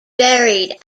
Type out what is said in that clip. buried